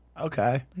Okay